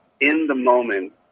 in-the-moment